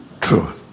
true